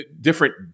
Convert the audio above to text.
different